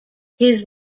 his